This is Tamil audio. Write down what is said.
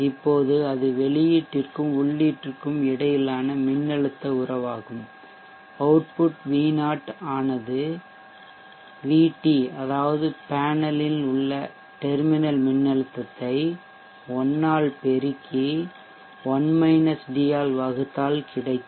இப்போது அது வெளியீட்டிற்கும் உள்ளீட்டிற்கும் இடையிலான மின்னழுத்த உறவாகும் அவுட்புட் V0 ஆனது VT அதாவதுபேனலில் உள்ள டெர்மினல் மின்னழுத்தத்தை 1 ஆல் பெருக்ககி 1 -d ஆல் வகுத்தால் கிடைக்கும்